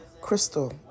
crystal